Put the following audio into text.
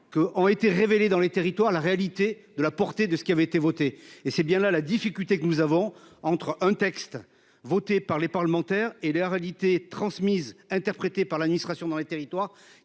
que ont été révélés dans les territoires, la réalité de la portée de ce qui avait été voté et c'est bien là la difficulté que nous avons entre un texte voté par les parlementaires et la réalité transmise interprété par l'administration, dans les territoires